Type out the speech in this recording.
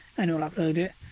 and it will upload it.